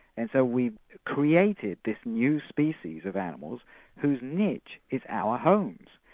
and so we created this new species of animals whose niche is our homes.